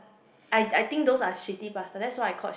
I I think those are shitty pasta that's why I called